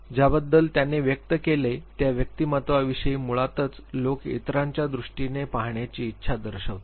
ज्याबद्दल त्याने व्यक्त केले त्या व्यक्तिमत्त्वाविषयी मुळातच लोक इतरांच्या दृष्टीने पाहण्याची इच्छा दर्शवितात